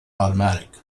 automatic